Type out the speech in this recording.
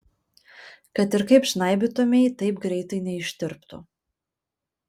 kad ir kaip žnaibytumei taip greitai neištirptų